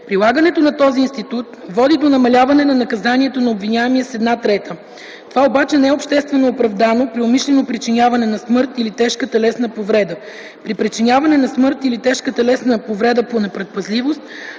Прилагането на този институт води до намаляване на наказанието на обвиняемия с една трета. Това обаче не е обществено оправдано при умишлено причиняване на смърт или тежка телесна повреда; при причиняване на смърт или тежка телесна повреда по непредпазливост,